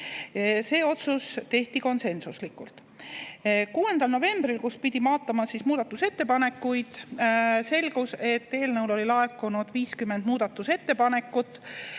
See otsus tehti konsensuslikult. 6. novembril, kui pidi vaadatama muudatusettepanekuid, selgus, et eelnõu kohta oli laekunud 50 muudatusettepanekut.